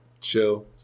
Chill